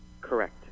correct